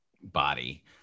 body